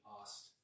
asked